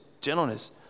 gentleness